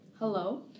Hello